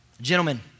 Gentlemen